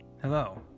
Hello